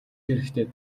хэрэгтэй